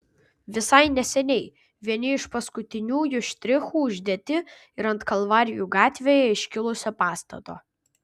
visai neseniai vieni iš paskutiniųjų štrichų uždėti ir ant kalvarijų gatvėje iškilusio pastato